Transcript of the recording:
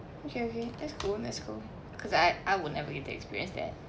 okay okay that's cool that's cool cause I I will never get to experience that